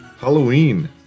Halloween